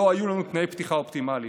לא היו לנו תנאי פתיחה אופטימליים.